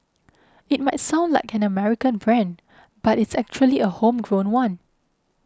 it might sound like an American brand but it's actually a homegrown one